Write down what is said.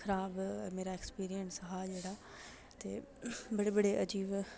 खराब मेरा ऐक्सपिरियंस हा जेह्ड़ा ते बड़े बड़े अजीब